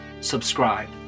subscribe